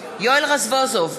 יואל רזבוזוב,